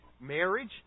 marriage